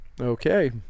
Okay